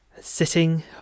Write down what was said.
Sitting